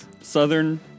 southern